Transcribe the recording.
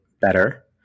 better